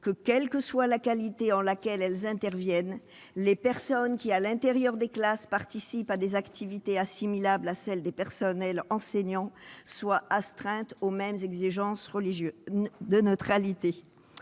que, quelle que soit la qualité en laquelle elles interviennent, les personnes qui, à l'intérieur des locaux scolaires, participent à des activités assimilables à celles des personnels enseignants, soient astreintes aux mêmes exigences de neutralité.